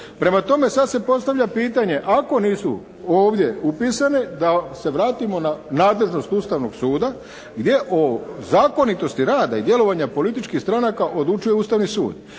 Prema tome sada se postavlja pitanje, ako nisu ovdje upisane da se vratimo na nadležnost Ustavnog suda gdje o zakonitosti rada i djelovanja političkih stranaka odlučuje Ustavni sud